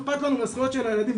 אכפת לנו מהזכויות של הילדים,